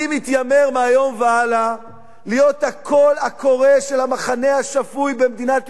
אני מתיימר מהיום והלאה להיות הקול הקורא של המחנה השפוי במדינת ישראל,